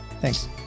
Thanks